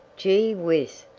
gee whiz!